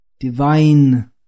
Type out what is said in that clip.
divine